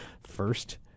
first